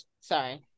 Sorry